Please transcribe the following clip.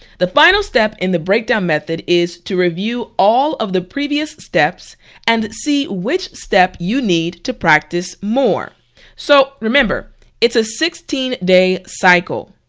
the final step in the breakdown method is to review all of the steps and see which step you need to practice more so remember it's a sixteen day cycle.